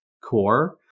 core